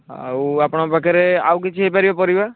ଆଉ ଆପଣଙ୍କ ପାଖରେ ଆଉ କିଛି ହୋଇପାରିବ ପରିବା